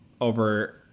over